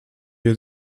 jest